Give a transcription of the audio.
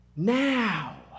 Now